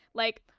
like,